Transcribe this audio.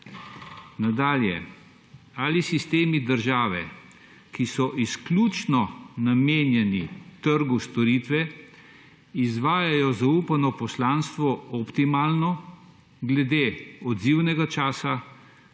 statusa? Ali sistemi države, ki so izključno namenjeni trgu storitve, izvajajo zaupano poslanstvo optimalno glede odzivnega časa,